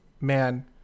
man